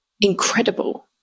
incredible